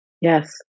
Yes